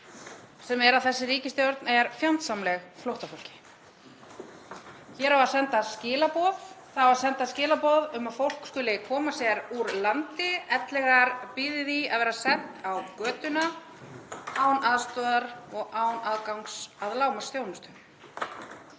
sem er að þessi ríkisstjórn er fjandsamleg flóttafólki. Hér á að senda skilaboð um að fólk skuli koma sér úr landi ellegar bíði þess að vera sent á götuna án aðstoðar og án aðgangs að lágmarksþjónustu.